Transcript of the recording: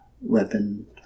weapon